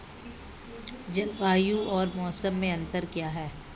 जलवायु और मौसम में अंतर क्या है?